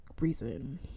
reason